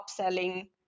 upselling